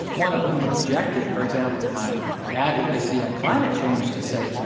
one of whom objected, for example, to my advocacy on climate change, to say,